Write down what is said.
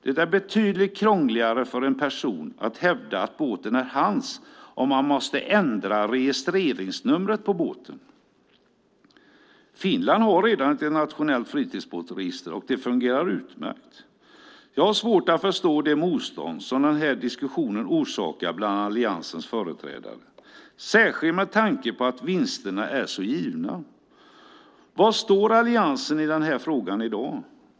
Det är betydligt krångligare för en person att hävda att båten är hans om man måste ändra registreringsnumret på båten. Finland har redan ett nationellt fritidsbåtsregister, och det fungerar utmärkt. Jag har svårt att förstå det motstånd som den här diskussionen orsakar bland alliansens företrädare, särskilt med tanke på att vinsterna är så givna. Var står alliansen i den här frågan i dag?